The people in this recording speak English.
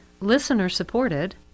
listener-supported